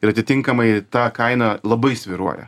ir atitinkamai ta kaina labai svyruoja